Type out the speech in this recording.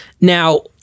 Now-